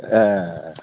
ए